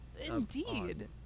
Indeed